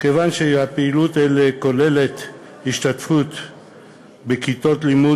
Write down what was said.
כיוון שפעילויות אלו כוללות השתתפות בכיתות לימוד